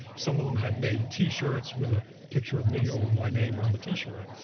some of them had made t-shirts with a picture of me yeah or with my name on the t-shirt.